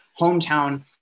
hometown